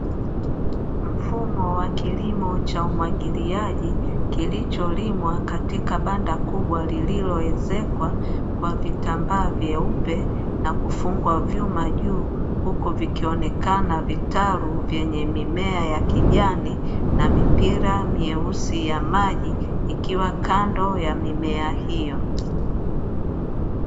Mfumo wa kilimo cha umwagiliaji kilicholimwa katika banda kubwa lilioezekwa kwa vitambaa vyeupe na kufungwa vyuma juu, huku vikionekana vitalu vyenye mimea ya kijani na mipira myeusi ya maji ikiwa kando ya mimea hiyo.